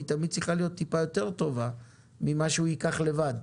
ההלוואה צריכה להיות טיפה יותר טובה ממה שייקח לבד.